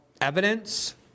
evidence